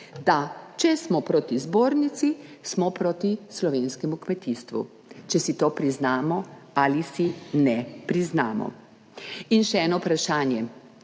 da če smo proti Zbornici, smo proti slovenskemu kmetijstvu, če si to priznamo ali si ne priznamo. In še eno vprašanje.